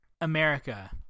America